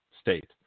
State